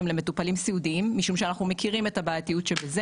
למטופלים סיעודיים משום שאנחנו מכירים את הבעייתיות של זה.